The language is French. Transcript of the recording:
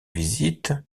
visites